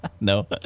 No